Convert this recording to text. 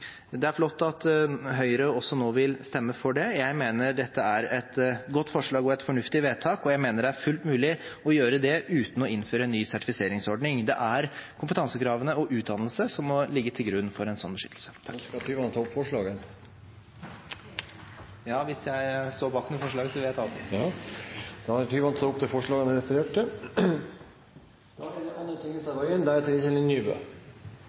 Det er flott at Høyre også nå vil stemme for det. Jeg mener dette er et godt og fornuftig forslag til vedtak, og jeg mener det er fullt mulig å gjøre det uten å innføre en ny sertifiseringsordning. Det er kompetansekrav og utdannelse som må ligge til grunn for en slik beskyttelse. Skal representanten Tyvand ta opp forslag? Ja, jeg tar opp det forslaget Kristelig Folkeparti står bak sammen med Senterpartiet og SV. Da har representanten Anders Tyvand tatt opp det forslaget han refererte til.